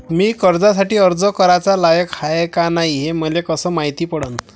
मी कर्जासाठी अर्ज कराचा लायक हाय का नाय हे मले कसं मायती पडन?